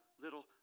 little